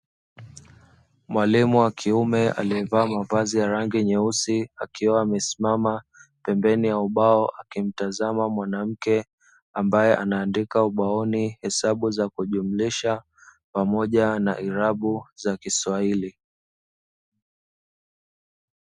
Mwalimu wa kiume aliyevaa mavazi ya rangi nyeusi akiwa amesimama pembeni ya ubao, akimtazama mwanamke ambaye anaandika ubaoni hesabu za kujumlisha pamoja na irabu za kiswahili.